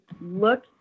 look